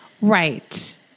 Right